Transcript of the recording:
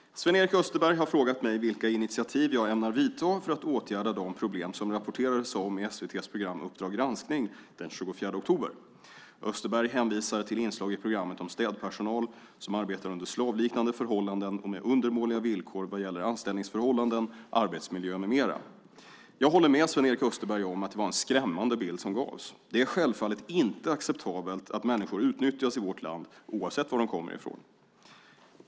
Herr talman! Sven-Erik Österberg har frågat mig vilka initiativ jag ämnar vidta för att åtgärda de problem som rapporterades om i SVT:s proram Uppdrag granskning den 24 oktober. Österberg hänvisar till inslag i programmet om städpersonal som arbetar under slavliknande förhållanden och med undermåliga villkor vad gäller anställningsförhållanden, arbetsmiljö med mera. Jag håller med Sven-Erik Österberg om att det var en skrämmande bild som gavs. Det är självfallet inte acceptabelt att människor utnyttjas i vårt land oavsett var de kommer ifrån.